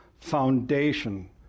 foundation